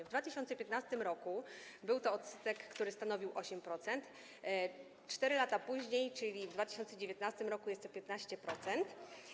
W 2015 r. był to odsetek, który stanowił 8%, 4 lata później, czyli w 2019 r., jest to 15%.